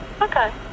Okay